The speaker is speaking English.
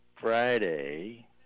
Friday